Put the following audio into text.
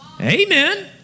Amen